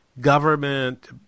government